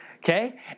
Okay